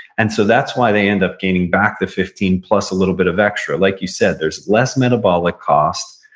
and so that's why they end up gaining back the fifteen, plus a little bit of extra like you said, there's less metabolic costs,